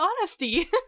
honesty